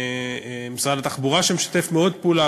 משרד התחבורה שמאוד משתף פעולה,